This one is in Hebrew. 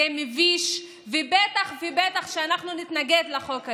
זה מביש, ובטח ובטח שאנחנו נתנגד לחוק הזה.